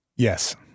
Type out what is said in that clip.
Yes